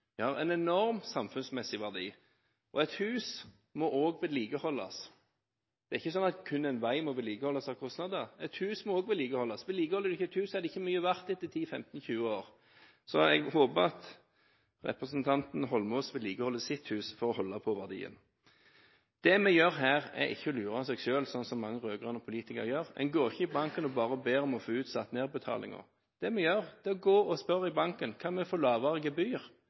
De har en enorm samfunnsmessig verdi. Et hus må også vedlikeholdes. Det er ikke kun en vei som må vedlikeholdes, og som har kostnader. Et hus må også vedlikeholdes. Dersom man ikke vedlikeholder et hus, er det ikke mye verdt etter 10, 15 eller 20 år. Jeg håper at representanten Holmås vedlikeholder sitt hus, for å holde på dets verdi. Det som vi gjør her, er ikke å lure oss selv, slik mange rød-grønne politikere gjør. Vi går ikke i banken og ber om å få utsatt nedbetalingen. Vi går og spør banken om å få lavere gebyr